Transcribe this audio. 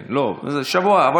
לא, שבוע.